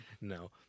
No